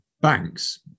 banks